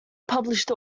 published